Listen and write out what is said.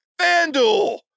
FanDuel